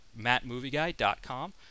mattmovieguy.com